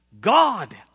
God